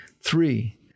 Three